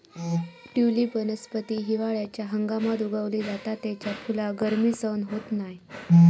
tulip वनस्पती हिवाळ्याच्या हंगामात उगवली जाता त्याच्या फुलाक गर्मी सहन होत नाय